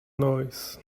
noise